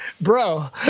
bro